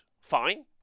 fine